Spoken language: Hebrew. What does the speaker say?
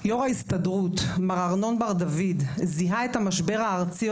יו"ר ההסתדרות מר ארנון בר-דוד זיהה את המשבר הארצי